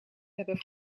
hebben